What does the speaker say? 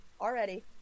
already